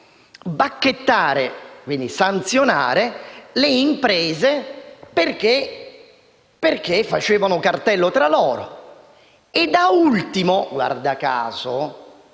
bacchettare, e quindi sanzionare, le imprese, perché facevano cartello tra loro. E da ultimo - guarda caso